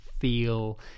feel